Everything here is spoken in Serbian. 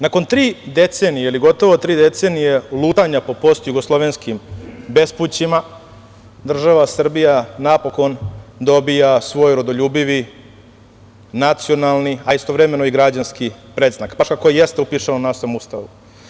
Nakon tri decenije, ili gotovo tri decenije lutanja po postjugoslovenskim bespućima država Srbija napokon dobija svoj rodoljubivi, nacionalni, a i istovremeno i građanski predznak, baš kako je jeste upisano u našem Ustavu.